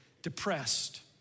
depressed